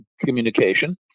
communication